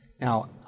Now